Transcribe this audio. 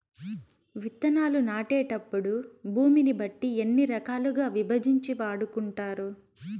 విత్తనాలు నాటేటప్పుడు భూమిని బట్టి ఎన్ని రకాలుగా విభజించి వాడుకుంటారు?